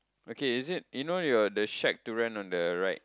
okay is it you know your the shack to rent on the right